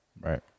right